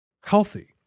healthy